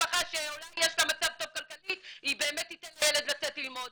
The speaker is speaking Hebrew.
משפחה שאולי יש לה מצב כלכלי טוב היא באמת תיתן לילד לצאת ללמוד.